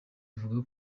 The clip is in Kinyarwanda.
ivuga